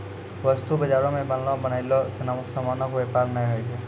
वस्तु बजारो मे बनलो बनयलो समानो के व्यापार नै होय छै